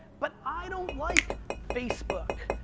but i don't like facebook,